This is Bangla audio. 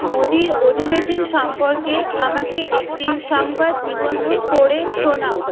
মোদির অধিবেশন সম্পর্কে আমাকে একটি সংবাদ নিবন্ধ পড়ে শোনাও